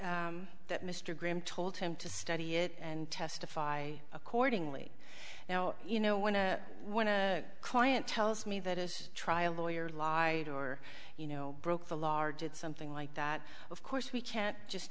that mr graham told him to study it and testify accordingly now you know when to when a client tells me that as a trial lawyer lied or you know broke the largest something like that of course we can't just